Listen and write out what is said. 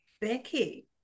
becky